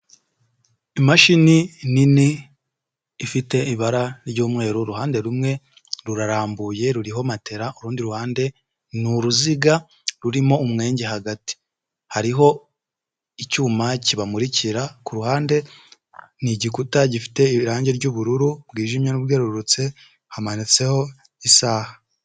Imashini nini ifite ibara ry'umweru, uruhande rumwe rurarambuye ruriho matera, urundi ruhande n’uruziga rurimo umwenge hagati, hariho icyuma kibamurikira k’uruhande, n’igikuta gifite irangi ry'ubururu bwijimye n’ubwerurutse, hamanitseho isaha.